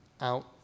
out